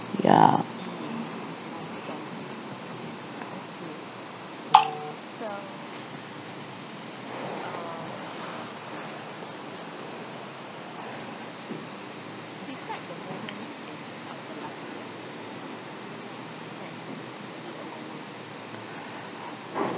ya